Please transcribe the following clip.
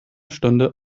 stunde